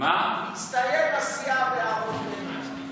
בהערות ביניים.